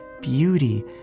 beauty